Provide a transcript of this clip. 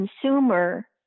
consumer